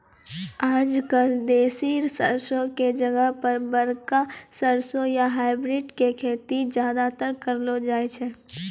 आजकल देसी सरसों के जगह पर बड़का सरसों या हाइब्रिड के खेती ज्यादातर करलो जाय छै